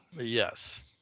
Yes